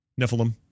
Nephilim